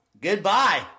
Goodbye